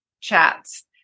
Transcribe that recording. chats